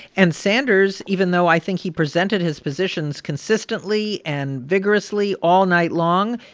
and sanders, even though, i think, he presented his positions consistently and vigorously all night long,